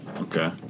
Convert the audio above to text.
Okay